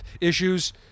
issues